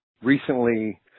recently